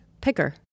Picker